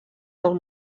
del